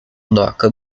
doca